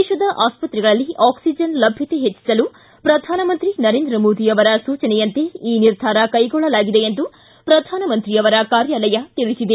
ದೇಶದ ಆಸ್ಪತ್ರೆಗಳಲ್ಲಿ ಆಕ್ಸಿಜನ್ ಲಭ್ಯಕೆ ಹೆಚ್ಚಿಸಲು ಪ್ರಧಾನಮಂತ್ರಿ ನರೇಂದ್ರ ಮೋದಿ ಅವರ ಸೂಚನೆಯಂತೆ ಈ ನಿರ್ಧಾರ ಕೈಗೊಳ್ಳಲಾಗಿದೆ ಎಂದು ಪ್ರಧಾನಮಂತ್ರಿಯವರ ಕಾರ್ಯಾಲಯ ತಿಳಿಸಿದೆ